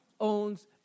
owns